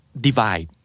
divide